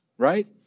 right